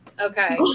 Okay